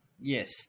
Yes